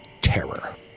terror